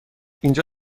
اینجا